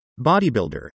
Bodybuilder